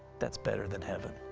that's better than heaven.